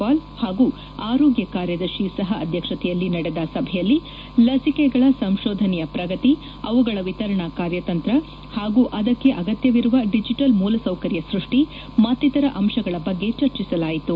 ಪಾಲ್ ಹಾಗೂ ಆರೋಗ್ಯ ಕಾರ್ಯದರ್ಶಿ ಸಹ ಅಧ್ಯಕ್ಷತೆಯಲ್ಲಿ ನಡೆದ ಸಭೆಯಲ್ಲಿ ಲಸಿಕೆಗಳ ಸಂಶೋಧನೆಯ ಪ್ರಗತಿ ಅವುಗಳ ವಿತರಣಾ ಕಾರ್ಯತಂತ್ರ ಹಾಗೂ ಅದಕ್ಕೆ ಅಗತ್ಯವಿರುವ ಡಿಜಿಟಲ್ ಮೂಲಸೌಕರ್ಯ ಸೃಷ್ಟಿ ಮತ್ತಿತರ ಅಂಶಗಳ ಬಗ್ಗೆ ಚರ್ಚಿಸಲಾಯಿತು